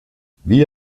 wie